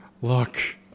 look